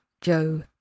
Joe